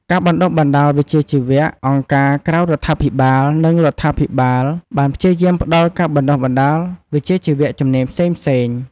ការបណ្ដុះបណ្ដាលវិជ្ជាជីវៈ អង្គការក្រៅរដ្ឋាភិបាល និងរដ្ឋាភិបាលបានព្យាយាមផ្ដល់ ការបណ្ដុះបណ្ដាលវិជ្ជាជីវៈ ជំនាញផ្សេងៗ។